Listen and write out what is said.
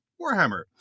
Warhammer